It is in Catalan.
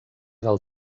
del